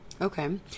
okay